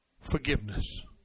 Forgiveness